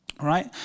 right